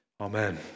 Amen